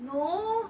no